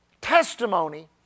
testimony